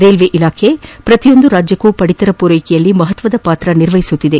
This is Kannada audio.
ರೈಲ್ವೆ ಇಲಾಖೆ ಪ್ರತಿಯೊಂದು ರಾಜ್ಯಕ್ಕೂ ಪಡಿತರ ಪೂರೈಕೆಯಲ್ಲಿ ಮಹತ್ವದ ಪಾತ್ರ ನಿರ್ವಹಿಸುತ್ತಿದೆ